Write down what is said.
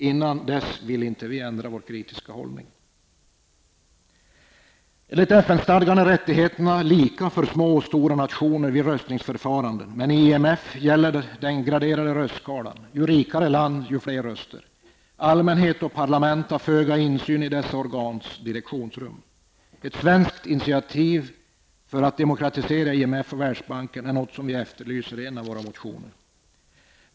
Innan dess vill vi inte ändra vår kritiska hållning. Enligt FN-stadgan är rättigheterna lika för små och stora nationer vid röstningsförfaranden, men i IMF gäller den graderade röstskalan: ju rikare land, desto fler röster. Allmänhet och parlament har föga insyn i dessa organs direktionsrum. Ett svenskt initiativ för att demokratisera IMF och Världsbanken är något som vi efterlyser i en av våra motioner.